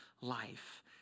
life